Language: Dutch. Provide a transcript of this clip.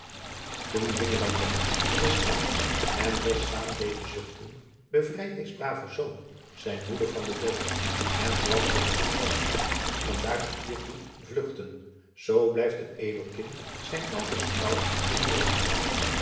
oen dwinglandy den taat n estzaan deede zuchten evrijd dees braave zoon ijn moeder van de dood driaan oosjes zn et leven van illegonda uisman n kwam op dit fatsoen an daar tot hiertoe vluchten oo blijft een edel kind ijn ouders trouw in nood